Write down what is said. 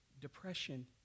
depression